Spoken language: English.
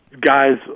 guys